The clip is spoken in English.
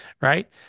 right